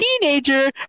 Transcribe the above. teenager